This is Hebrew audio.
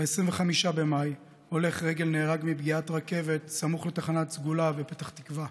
ב-25 במאי הולך רגל נהרג מפגיעת רכבת סמוך לתחנה סגולה בפתח תקווה,